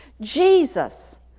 Jesus